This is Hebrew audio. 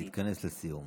" להתכנס לסיום.